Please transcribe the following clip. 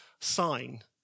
sign